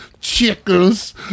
chickens